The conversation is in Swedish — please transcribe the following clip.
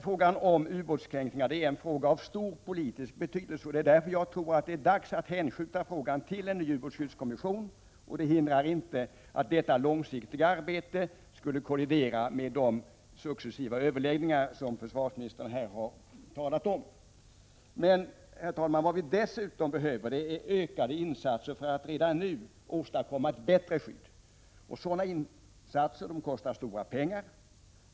Frågan om ubåtskränkningar är av stor politisk betydelse, och det är därför jag tror att det är dags att hänskjuta den till en ny ubåtsskyddskommission. Dennas långsiktiga arbete skulle inte behöva kollidera med de successiva överläggningar som försvarsministern här har talat om. Herr talman! Vad vi dessutom behöver är ökade insatser för att redan nu åstadkomma ett bättre skydd. Sådana insatser kostar stora pengar.